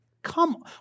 Come